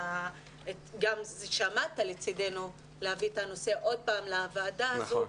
גם שעמדת לצידנו להביא את הנושא עוד פעם לוועדה הזו.